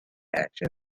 action